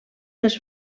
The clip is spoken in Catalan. dels